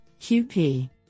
QP